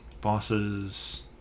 Bosses